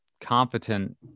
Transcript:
competent